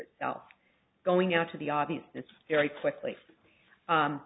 itself going out to the audience that's very quickly